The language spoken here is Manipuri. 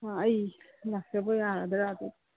ꯑꯩ ꯂꯥꯛꯆꯕ ꯌꯥꯔꯗ꯭ꯔ ꯑꯗꯨ